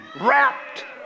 wrapped